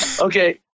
okay